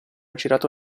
girato